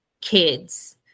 kids